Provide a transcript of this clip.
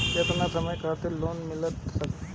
केतना समय खातिर लोन मिल सकेला?